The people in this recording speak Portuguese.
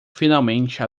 finalmente